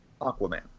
Aquaman